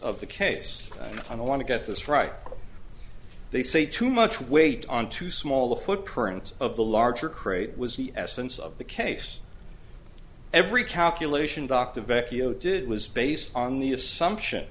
of the case and i want to get this right they say too much weight on too small a footprint of the larger crate was the essence of the case every calculation dr vecchio did was based on the assumption